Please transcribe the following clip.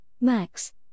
Max